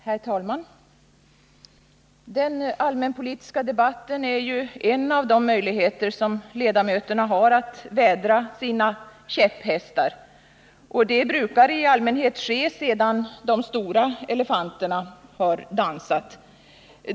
Herr talman! Den allmänpolitiska debatten är en av de möjligheter ledamöterna har att vädra sina käpphästar. Det brukar i allmänhet ske sedan ”de stora elefanterna har dansat”.